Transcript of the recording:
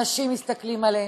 אנשים מסתכלים עלינו,